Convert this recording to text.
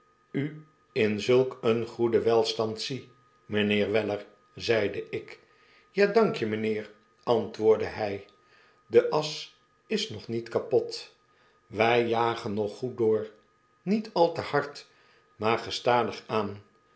u in zulk een goeden welstand zie mijnheer weller zeide ik ja dankje mynheer antwoordde hy de as is nog nietkapot wy jagen nog goed door niet al te hard maar gestadig aan